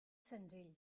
senzill